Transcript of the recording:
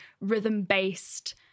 rhythm-based